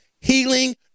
healing